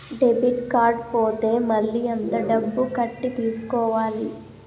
Debit card పోతే మళ్ళీ ఎంత డబ్బు కట్టి తీసుకోవాలి?